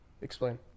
Explain